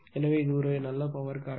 எனவே இது ஒரு நல்ல பவர் காரணி